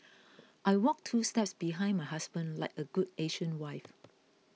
I walk two steps behind my husband like a good Asian wife